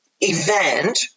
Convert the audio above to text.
event